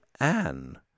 Anne